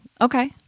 Okay